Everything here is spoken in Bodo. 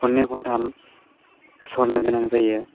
खन्नै खन्थाम सरनो गोनां जायो